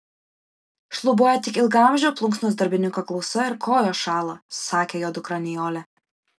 šlubuoja tik ilgaamžio plunksnos darbininko klausa ir kojos šąla sakė jo dukra nijolė